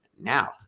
now